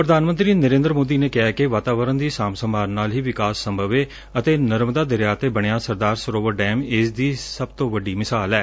ਪ੍ਰਧਾਨ ਮੰਤਰੀ ਨਰੇਂਦਰ ਮੋਦੀ ਨੇ ਕਿਹੈ ਕਿ ਵਾਤਾਵਰਨ ਦੀ ਸਾਂਭ ਸੰਭਾਲ ਨਾਲ ਹੀ ਵਿਕਾਸ ਸੰਭਵ ਏ ਅਤੇ ਨਰਮਦਾ ਦਰਿਆ ਤੇ ਬਣਿਆ ਸਰਦਾਰ ਸਰੋਵਰ ਡੈਮ ਇਸ ਦੀ ਸਭ ਤੋਂ ਵੱਡੀ ਮਿਸਾਲ ਏ